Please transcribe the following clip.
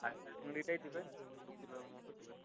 বাগদা চিংড়িটাই দেবেন দুকিলোর মত দেবেন